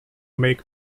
make